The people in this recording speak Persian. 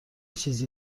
چیزی